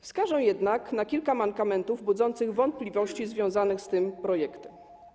Wskażę jednak na kilka mankamentów budzących wątpliwości związane z tym projektem.